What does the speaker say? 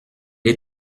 est